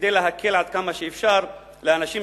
כדי להקל עד כמה שאפשר על האנשים,